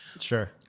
Sure